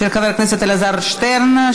של חבר הכנסת אלעזר שטרן,